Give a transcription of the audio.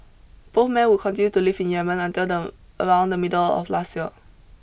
both men would continue to live in Yemen until the around the middle of last year